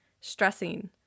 stressing